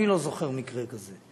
אני לא זוכר מקרה כזה.